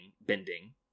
bending